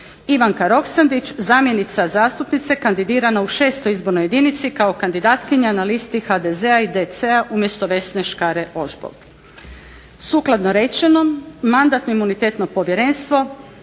Ivanka Roksandić zamjenica zastupnice kandidirana u 6. izbornoj jedinici kao kandidatkinja na listi HDZ-a i DC-a umjesto Vesne Škare Ožbolt. Sukladno rečenom Mandatno-imunitetno povjerenstvo